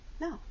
No